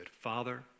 Father